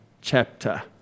chapter